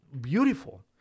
beautiful